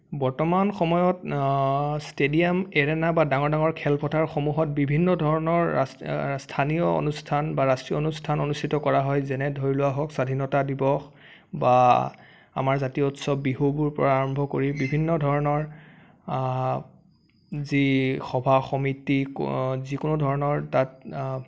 বৰ্তমান সময়ত stadium arena বা ডাঙৰ ডাঙৰ খেলপথাৰসমূহত বিভিন্ন ধৰণৰ ৰাষ্ট্ৰীয় স্থানীয় অনুষ্ঠান বা ৰাষ্ট্ৰীয় অনুষ্ঠান অনুষ্ঠিত কৰা হয় যেনে ধৰি লোৱা হওক স্বাধীনতা দিৱস বা আমাৰ জাতীয় উৎসৱ বিহুবোৰৰ পৰা আৰম্ভ কৰি বিভিন্ন ধৰণৰ যি সভা সমিতি যিকোনো ধৰণৰ তাত